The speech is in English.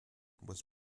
was